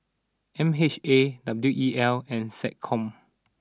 M H A W E L and SecCom